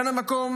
כאן המקום,